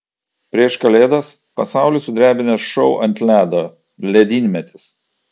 prieš kalėdas pasaulį sudrebinęs šou ant ledo ledynmetis